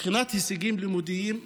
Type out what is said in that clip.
מבחינת הישגים לימודיים,